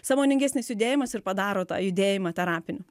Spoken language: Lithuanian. sąmoningesnis judėjimas ir padaro tą judėjimą terapiniu